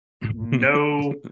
No